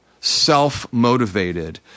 self-motivated